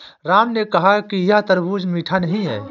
राम ने कहा कि यह तरबूज़ मीठा नहीं है